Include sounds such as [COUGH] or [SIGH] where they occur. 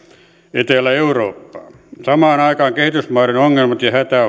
etelä eurooppaa samaan aikaan kehitysmaiden ongelmat ja hätä [UNINTELLIGIBLE]